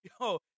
yo